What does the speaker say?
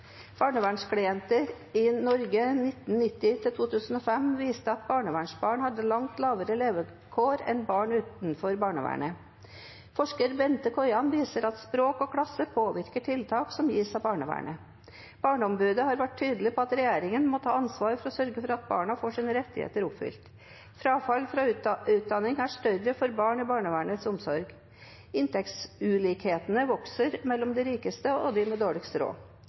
Barnevernsklienter i Norge 1990–2005, viste at barnevernsbarna hadde langt dårligere levekår enn barn utenfor barnevernet. Forsker Bente Kojan viser at språk og klasse påvirker tiltak som gis. Barneombudet har vært tydelig på at regjeringa må ta ansvar for å sørge for at barna får sine rettigheter oppfylt. Frafall fra utdanning er høyere for barn under barnevernets omsorg, og inntektsulikhetene vokser mellom dem som har best, og dem som har dårligst råd.